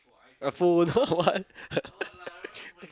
uh phone what